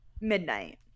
midnight